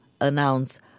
announce